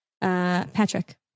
Patrick